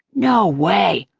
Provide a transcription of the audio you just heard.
no way.